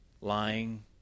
lying